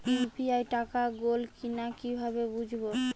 UPI টাকা গোল কিনা কিভাবে বুঝব?